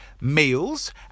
meals